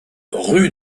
rue